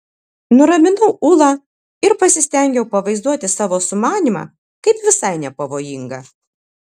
nuraminau ulą ir pasistengiau pavaizduoti savo sumanymą kaip visai nepavojingą